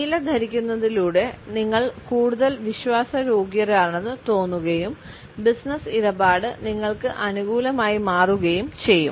നീല ധരിക്കുന്നതിലൂടെ നിങ്ങൾ കൂടുതൽ വിശ്വാസയോഗ്യരാണെന്ന് തോന്നുകയും ബിസിനസ്സ് ഇടപാട് നിങ്ങൾക്ക് അനുകൂലമായി മാറുകയും ചെയ്യും